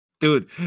Dude